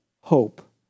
hope